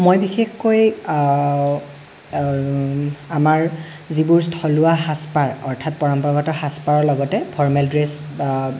মই বিশেষকৈ আমাৰ যিবোৰ থলুৱা সাজপাৰ অৰ্থাৎ পৰম্পৰাগত সাজপাৰৰ লগতে ফৰ্মেল ড্ৰেছ বা